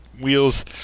Wheels